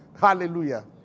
Hallelujah